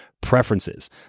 preferences